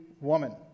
woman